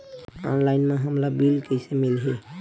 Online म हमला bill कइसे मिलही?